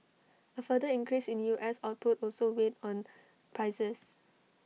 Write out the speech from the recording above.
A further increase in us output also weighed on prices